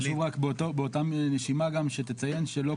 חשוב רק באותה נשימה גם שתציין שלא